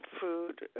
food